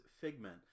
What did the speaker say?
Figment